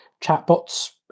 chatbots